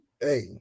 hey